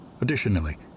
Additionally